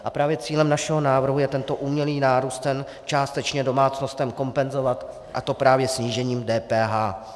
A právě cílem našeho návrhu je tento umělý nárůst cen částečně domácnostem kompenzovat, a to právě snížením DPH.